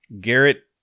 Garrett